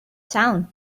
town